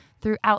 throughout